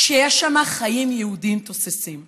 שיש שם חיים יהודיים תוססים.